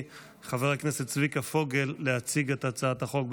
חבר הכנסת צביקה פוגל להציג את הצעת החוק.